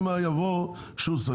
אם יבוא שוסטר,